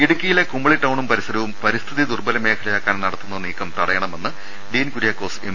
ഇടുക്കിയിലെ കുമളി ടൌണും പരിസരവും പരിസ്ഥിതി ദുർബല മേഖ ലയാക്കാൻ നടത്തുന്ന നീക്കം തടയണമെന്ന് ഡീൻ കുര്യാക്കോസ് എം